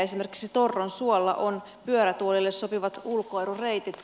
esimerkiksi torronsuolla on pyörätuoleille sopivat ulkoilureitit